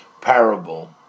parable